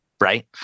Right